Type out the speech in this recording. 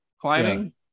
climbing